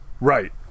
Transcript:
Right